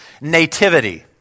Nativity